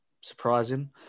surprising